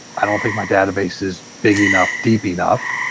i don't think my database is big enough, deep enough.